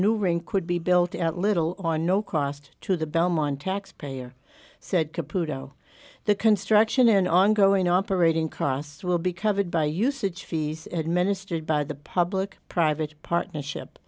new ring could be built at little or no cost to the belmont taxpayer said computer the construction and ongoing operating costs will be covered by usage fees administered by the public private partnership